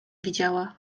widziała